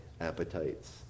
appetites